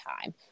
time